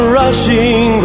rushing